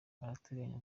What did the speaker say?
arateganya